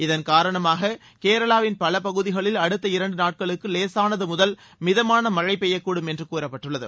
இதன் காரணாமாக கேரளாவின் பல பகுதிகளில் அடுத்த இரண்டு நாட்களுக்கு லேசானது முதல் மிதமான மழைபெய்யக்கூடும் என்று கூறப்பட்டுள்ளது